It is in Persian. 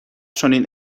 چنین